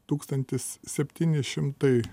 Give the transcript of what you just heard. tūkstantis septyni šimtai